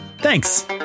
Thanks